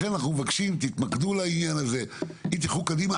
אז אני מבקש שתתמקדו על העניין הזה ותלכו קדימה.